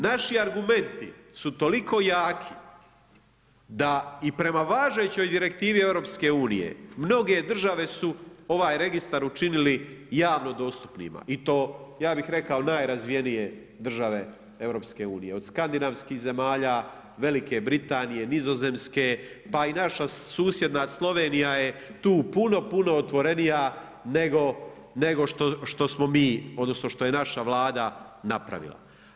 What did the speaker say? Naši argumenti su toliko jaki da i prema važećoj direktivi EU mnoge države su ovaj registar učinili javno dostupnima i to ja bih rekao najrazvijenije države EU, od skandinavskih zemalja, Velike Britanije, Nizozemske pa i naša susjedna Slovenija je tu puno, puno otvorenija nego što smo mi odnosno što je naša Vlada napravila.